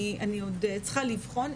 אני עוד צריכה לבחון.